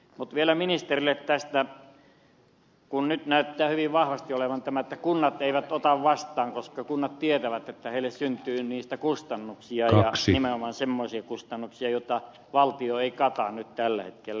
mutta vielä ministerille tästä kun nyt näyttää hyvin vahvasti olevan tämä että kunnat eivät ota vastaan koska kunnat tietävät että heille syntyy niistä kustannuksia ja nimenomaan semmoisia kustannuksia joita valtio ei kata tällä hetkellä